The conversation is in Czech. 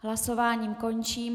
Hlasování končím.